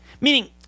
meaning